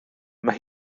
mae